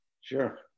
Sure